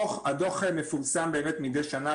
הדוח מפורסם באמת מדי שנה.